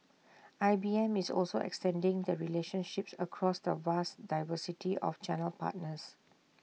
I B M is also extending the relationships across the vast diversity of channel partners